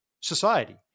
society